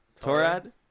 Torad